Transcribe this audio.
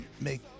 make